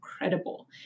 incredible